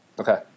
Okay